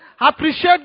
Appreciate